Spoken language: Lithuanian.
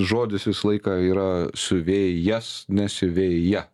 žodis visą laiką yra siuvėjas ne siuvėja